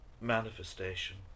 manifestation